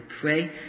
pray